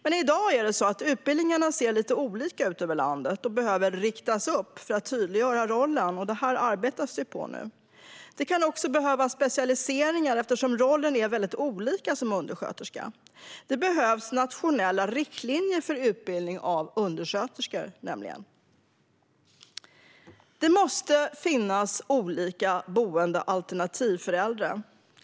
Men i dag ser utbildningarna lite olika ut över landet och behöver riktas upp för att rollen ska tydliggöras. Detta arbetar man nu med. Det kan också behövas specialiseringar, eftersom rollen som undersköterska kan vara väldigt olika. Det behövs nämligen nationella riktlinjer för utbildning av undersköterskor. Det måste finnas olika boendealternativ för äldre.